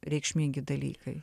reikšmingi dalykai